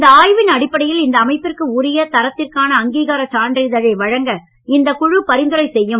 இந்த ஆய்வின் அடிப்படையில் இந்த அமைப்பிற்கு உரிய தரத்திற்கான அங்கீகாரச் சான்றினை வழங்க இந்த குழு பரிந்துரை செய்யும்